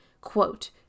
quote